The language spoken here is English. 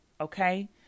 okay